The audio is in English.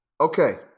okay